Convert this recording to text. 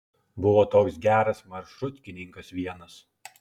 buvo toks geras maršrutkininkas vienas